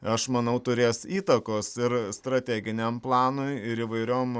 aš manau turės įtakos ir strateginiam planui ir įvairiom